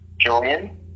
Julian